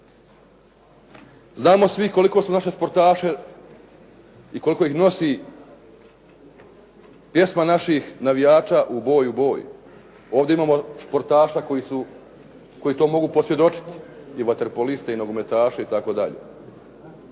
Znamo svi koliko su naše sportaše i koliko ih nosi pjesma naših navijača "U boj, u boj". Ovdje imamo športaša koji to mogu posvjedočiti i vaterpoliste i nogometaše itd.